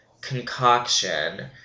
concoction